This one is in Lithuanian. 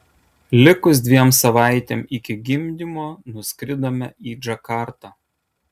likus dviem savaitėm iki gimdymo nuskridome į džakartą